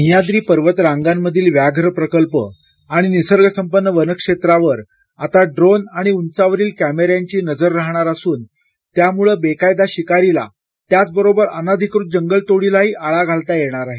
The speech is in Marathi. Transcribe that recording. सह्याद्री पर्वत रांगांमधील व्याघ्र प्रकल्प आणि निसर्गसंपन्न वनक्षेत्रावर आता ड्रोन आणि उंचावरील कॅमेऱ्यांची नजर राहणार असून त्यामुळं बेकायदा शिकारीला त्याचबरोबर अनधिकृत जंगल तोडीलाही आळा घालता येणार आहे